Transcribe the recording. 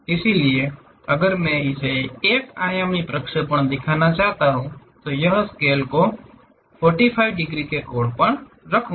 इसलिए अगर मैं इसे एक आयामी प्रक्षेपण दिखाना चाहता हूं तो यह स्केल को मे 45 डिग्री के कोण पर रखूँगा